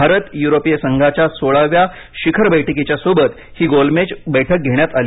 भारत युरोपीय संघाच्या सोळाव्या शिखर बैठकीच्या सोबत ही गोलमेज बैठक घेण्यात आली